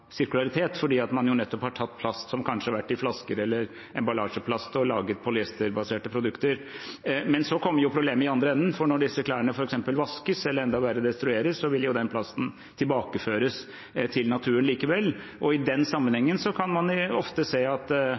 sirkularitet fordi man har tatt plast som kanskje har vært i flasker eller emballasje, og laget polyesterbaserte produkter. Så kommer problemet i den andre enden, for når disse klærne f.eks. vaskes eller – enda verre – destrueres, vil den plasten tilbakeføres til naturen likevel. I den sammenhengen kan man ofte se at